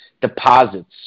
deposits